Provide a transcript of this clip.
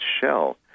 shell